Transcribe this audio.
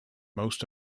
most